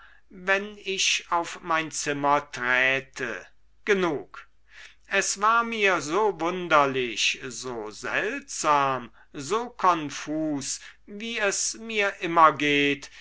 wenn ich auf mein zimmer träte genug es war mir so wunderlich so seltsam so konfus wie es mir immer geht